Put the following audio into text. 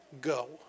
go